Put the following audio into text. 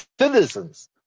citizens